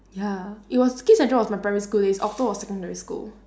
ya it was kids central was my primary school days okto was secondary school